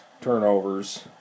turnovers